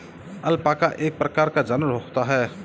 alpaca एक प्रकार का जानवर होता है